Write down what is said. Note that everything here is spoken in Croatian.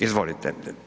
Izvolite.